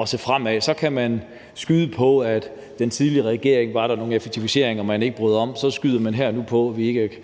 at se fremad. Så kan man skyde på, at der under den tidligere regering var nogle effektiviseringer, som man ikke bryder sig om. Men skulle vi ikke